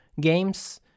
games